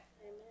Amen